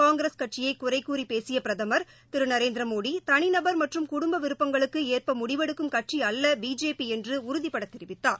காங்கிரஸ் கட்சியை குறை கூறி பேசிய பிரதமர் திரு நரேந்திர மோடி தனிநபர் மற்றும் குடும்ப விருப்பங்களுக்கு ஏற்ப முடிவெடுக்கும் கட்சி அல்ல பிஜேபி என்று உறுதிபட தெரிவித்தார்